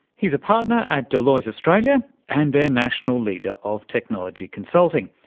he's a partner at deloitte australia and their national leader of technology consulting.